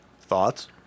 thoughts